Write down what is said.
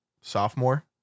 sophomore